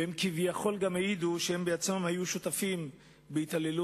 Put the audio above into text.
והם כביכול גם העידו שהם בעצמם היו שותפים להתעללות